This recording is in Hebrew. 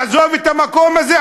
לעזוב את המקום הזה?